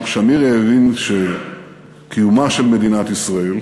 כלומר, שמיר האמין שקיומה של מדינת ישראל